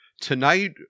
Tonight